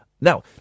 Now